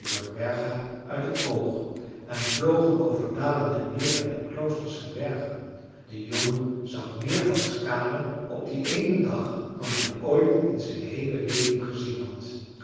jordberga uit het oog en vlogen over dalen en meren en kloosters en bergen de jongen zag meer van skaane op dien eenen dag dan hij ooit in zijn heele leven gezien had